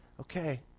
okay